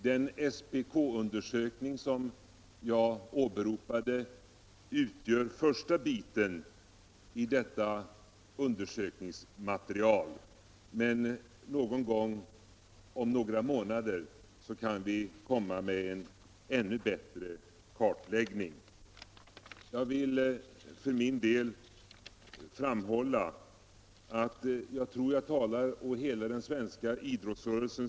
Den SPK-undersökning som jag åberopade utgör första biten av detta undersökningsmaterial, men om några månader kan vi alltså komma med en ännu bättre kartläggning. Jag tror att jag talar på hela den svenska idrottsrörelsens vägnar då jag säger att de kommersiella intressena självfallet inte får påverka idrottsrörelsens integritet och självständighet. Det är en självklarhet för folk som verkar inom den svenska idrottsrörelsen.